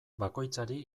bakoitzari